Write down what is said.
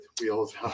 wheels